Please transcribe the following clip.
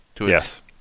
Yes